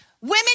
women